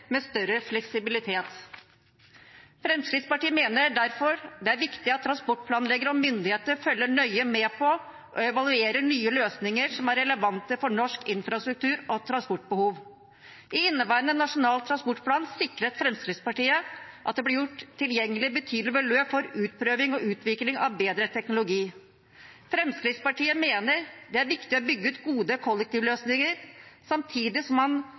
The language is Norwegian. med større fleksibilitet. Fremskrittspartiet mener derfor det er viktig at transportplanleggere og myndigheter følger nøye med på og evaluerer nye løsninger som er relevante for norsk infrastruktur og transportbehov. I inneværende Nasjonal transportplan sikret Fremskrittspartiet at det ble gjort tilgjengelig betydelige beløp for utprøving og utvikling av bedre teknologi. Fremskrittspartiet mener det er viktig å bygge ut gode kollektivløsninger, samtidig som man